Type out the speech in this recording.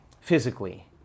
physically